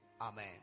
Amen